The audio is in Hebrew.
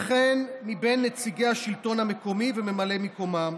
וכן מבין נציגי השלטון המקומי וממלאי מקומם.